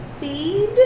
feed